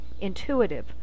intuitive